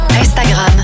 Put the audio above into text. Instagram